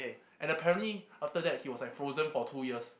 and apparently after that he was like frozen for two years